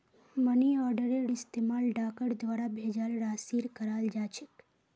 money आर्डरेर इस्तमाल डाकर द्वारा भेजाल राशिर कराल जा छेक